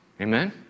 Amen